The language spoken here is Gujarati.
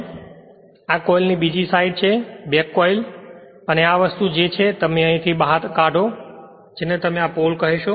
અને આ કોઇલની બીજી સાઈડ છે બેક કોઇલ અને આ વસ્તુ છે જે તમે અહીંથી બહાર કાઢો છો જેને તમે આ પોલ કહેશો